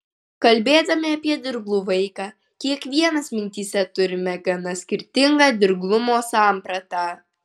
kalbėdami apie dirglų vaiką kiekvienas mintyse turime gana skirtingą dirglumo sampratą